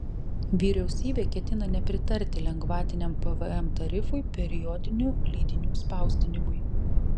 vyriausybė ketina nepritarti lengvatiniam pvm tarifui periodinių leidinių spausdinimui